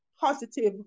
positive